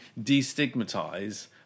destigmatize